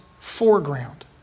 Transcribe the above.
foreground